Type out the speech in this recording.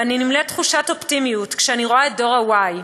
ואני נמלאת תחושת אופטימיות כשאני רואה את דור ה-Y.